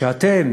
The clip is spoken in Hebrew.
שאתם